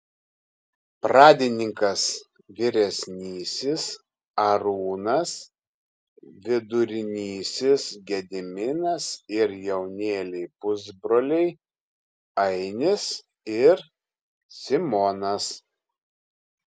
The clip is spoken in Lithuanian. pradininkas vyresnysis arūnas vidurinysis gediminas ir jaunėliai pusbroliai ainis ir simonas